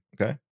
Okay